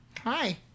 hi